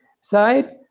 side